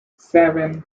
seven